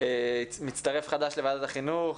מצטרף חדש לוועדת החינוך,